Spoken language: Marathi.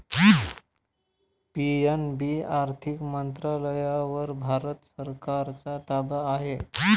पी.एन.बी आर्थिक मंत्रालयावर भारत सरकारचा ताबा आहे